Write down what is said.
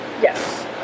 Yes